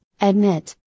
Admit